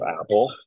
Apple